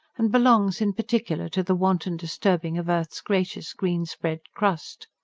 and belongs, in particular, to the wanton disturbing of earth's gracious, green-spread crust.